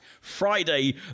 Friday